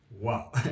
Wow